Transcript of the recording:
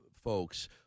folks